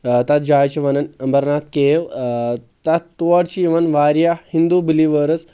تتھ جایہِ چھِ ونن امبرناتھ کیو اۭں تتھ تور چھِ یِوان واریاہ ہندو بِلیٖوٲرٕس